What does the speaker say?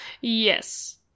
Yes